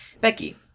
Becky